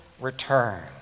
return